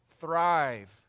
thrive